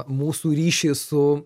mūsų ryšį su